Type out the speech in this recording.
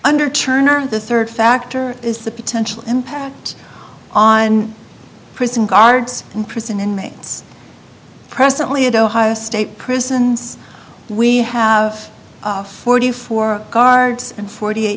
under turner the third factor is the potential impact on prison guards and prison inmates presently at ohio state prisons we have forty four guards and forty eight